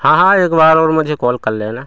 हाँ हाँ एक बार और मुझे कॉल कर लेना